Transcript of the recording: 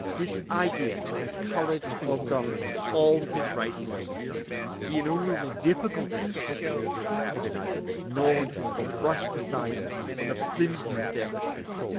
this idea has coloured or governed all his writings on the subject. the innumerable difficulties which it raises have been either ignored, or brushed aside on the flimsiest evidence.